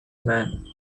man